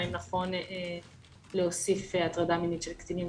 והאם נכון להוסיף הטרדה מינית של קטינים.